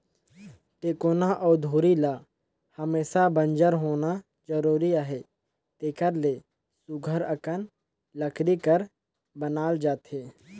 टेकोना अउ धूरी ल हमेसा बंजर होना जरूरी अहे तेकर ले सुग्घर अकन लकरी कर बनाल जाथे